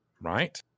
right